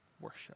worship